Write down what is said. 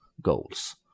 goals